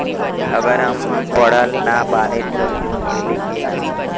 अगर हम पढ़ल ना बानी त लोन मिली कि ना?